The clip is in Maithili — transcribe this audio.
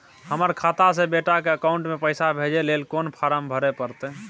हमर खाता से बेटा के अकाउंट में पैसा भेजै ल कोन फारम भरै परतै?